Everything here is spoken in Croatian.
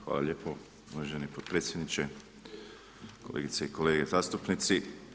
Hvala lijepo uvaženi potpredsjedniče, kolegice i kolege zastupnici.